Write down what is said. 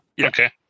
Okay